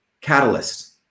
catalyst